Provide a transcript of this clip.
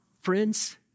friends